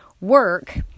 work